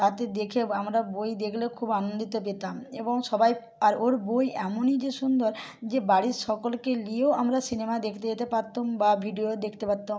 তাতে দেখে বা আমরা বই দেখলে খুব আনন্দিত পেতাম এবং সবাই আর ওর বই এমনই যে সুন্দর যে বাড়ির সকলকে নিয়েও আমরা সিনেমা দেখতে যেতে পারতুম বা ভিডিও দেখতে পারতাম